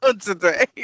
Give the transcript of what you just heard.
today